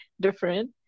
different